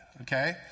okay